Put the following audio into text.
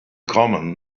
common